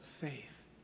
faith